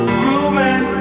grooving